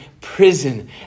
prison